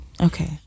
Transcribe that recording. Okay